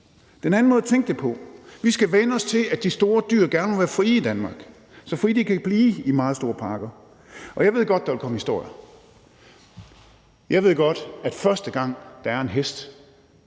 en anden måde at tænke det på. Vi skal vænne os til, at de store dyr gerne må være frie i Danmark – så frie, de kan blive i meget store parker. Og jeg ved godt, at der vil komme historier. Jeg ved godt, at første gang der er en fri